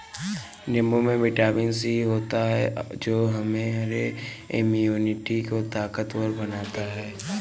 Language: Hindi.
नींबू में विटामिन सी होता है जो हमारे इम्यूनिटी को ताकतवर बनाता है